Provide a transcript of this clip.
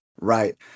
Right